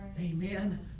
Amen